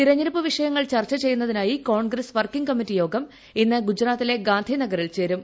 തെരഞ്ഞെടുപ്പ് വിഷയങ്ങൾ ചർച്ച ചെയ്യുന്നതിനായി കോൺഗ്രസ് വർക്കിംഗ് കമ്മിറ്റി യോഗം ഇന്ന് ഗുജറാത്തിലെ ഗാന്ധിനഗറിൽ ചേരും